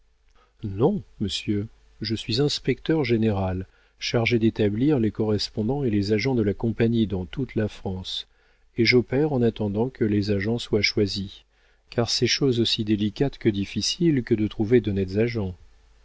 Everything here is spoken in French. non monsieur je suis inspecteur général chargé d'établir les correspondants et les agents de la compagnie dans toute la france et j'opère en attendant que les agents soient choisis car c'est chose aussi délicate que difficile que de trouver d'honnêtes agents